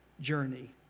journey